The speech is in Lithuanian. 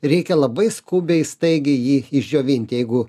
reikia labai skubiai staigiai jį išdžiovinti jeigu